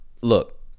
look